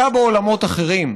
אתה בעולמות אחרים,